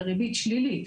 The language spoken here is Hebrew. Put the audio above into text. בריבית שלילית.